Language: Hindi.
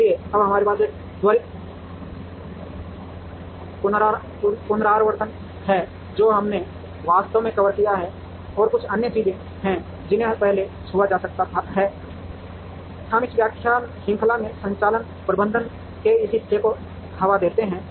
इसलिए अब हमारे पास एक त्वरित पुनरावर्तन है जो हमने वास्तव में कवर किया है और कुछ अन्य चीजें हैं जिन्हें पहले छुआ जा सकता है हम इस व्याख्यान श्रृंखला में संचालन प्रबंधन के इस हिस्से को हवा देते हैं